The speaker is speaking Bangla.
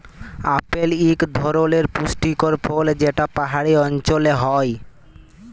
আপেল ইক ধরলের পুষ্টিকর ফল যেট পাহাড়ি অল্চলে হ্যয়